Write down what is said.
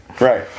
Right